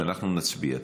אז אנחנו נצביע.